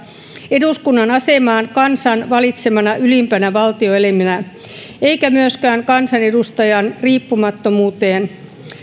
eduskunnan asemaan kansan valitsemana ylimpänä valtioelimenä eikä myöskään kansanedustajan riippumattomuuteen